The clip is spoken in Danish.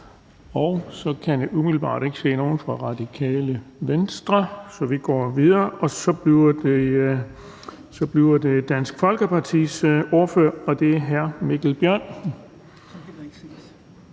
Så kan jeg umiddelbart ikke se nogen fra Radikale Venstre. Vi går videre, og så bliver det Dansk Folkepartis ordfører, og det er hr. Mikkel Bjørn.